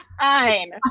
Fine